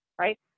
Right